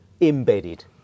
embedded